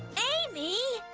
amy!